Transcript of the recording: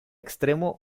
extremo